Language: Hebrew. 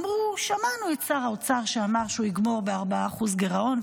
ואמרו: שמענו את שר האוצר שאמר שהוא יגמור ב-4% גירעון,